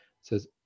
says